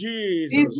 Jesus